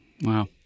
wow